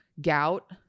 gout